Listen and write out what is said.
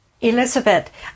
Elizabeth